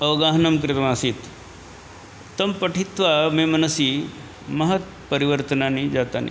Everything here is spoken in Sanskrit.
अवगाहनं कृतमासीत् तत् पठित्वा मे मनसि महत् परिवर्तनानि जातानि